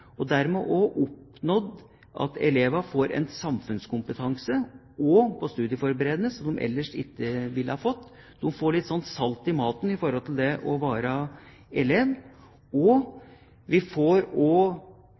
og dermed oppnådd at elevene får en samfunnskompetanse, også på studieforberedende linjer, som de ellers ikke ville ha fått. De får litt «salt i maten» som elever. Og lærerne som driver med studieforberedende, får også – i tillegg til